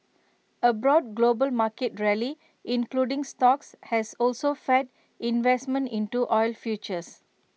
A broad global market rally including stocks has also fed investment into oil futures